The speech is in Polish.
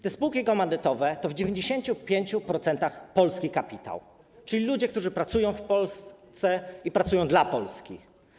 Te spółki komandytowe to w 95% polski kapitał, czyli ludzie, którzy pracują w Polsce i pracują dla Polski.